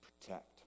protect